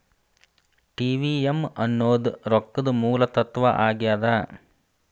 TVM ಅನ್ನೋದ್ ರೊಕ್ಕದ ಮೂಲ ತತ್ವ ಆಗ್ಯಾದ